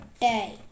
day